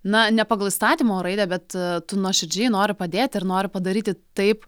na ne pagal įstatymo raidę bet tu nuoširdžiai nori padėt ir nori padaryti taip